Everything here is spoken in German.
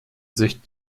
sich